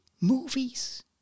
movies